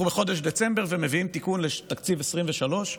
אנחנו בחודש דצמבר ומביאים תיקון לתקציב 2023,